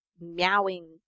meowing